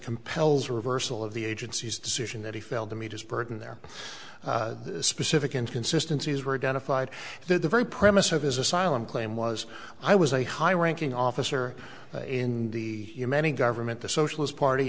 compels a reversal of the agency's decision that he failed to meet its burden their specific inconsistency is we're going to fight to the very premise of his asylum claim was i was a high ranking officer in the government the socialist party